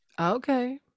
Okay